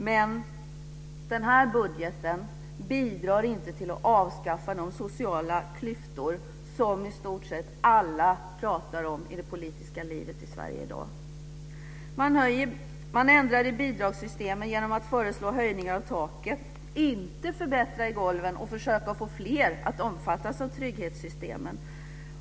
Men den här budgeten bidrar inte till att avskaffa de sociala klyftor som i stort sett alla i det politiska livet i Sverige pratar om i dag. Man ändrar i bidragssystemen genom att föreslå höjningar av taket i stället för att förbättra golven och försöka få fler att omfattas av trygghetssystemen.